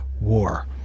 war